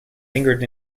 lingered